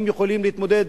הם יכולים להתמודד